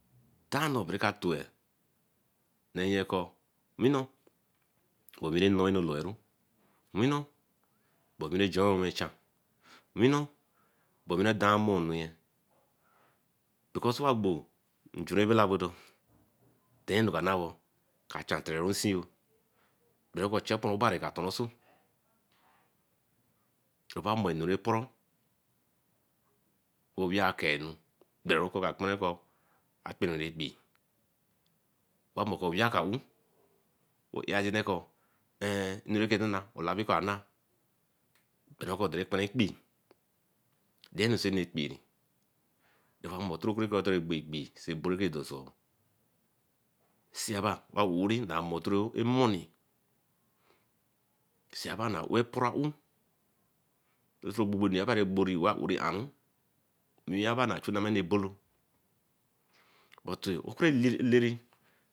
Kanor kereba tewe neye kor nnnor beh owino loeneloru owino beh ekoneh joineka chan owinor bo owi ra dah nmor yen because owagbo njuriwabelabodo dein enu ea na wo ka chan teren osinro berekkor chepor obari ka toranru soe, obamur enu rai pooror woh yea akenye berekor ka kpen kor akpenroru ekpee. Umoke aweeh ka ou o aya deden ka eh enurakena olabiko ana berekor oden kperen ekpee. Dein enu sey ra ekpeen owamur oku ta bor ekpee sey boree kedoso seaba wa worri etoro emoni seaba eh poran-ou ouso ra gbobori wa ouri aru, nwiwie okyake ba chu ebolo eleme